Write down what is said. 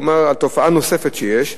על תופעה נוספת שיש,